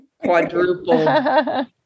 quadruple